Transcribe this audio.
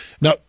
Now